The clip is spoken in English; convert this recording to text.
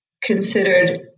considered